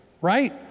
right